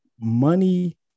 money